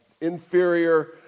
inferior